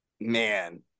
man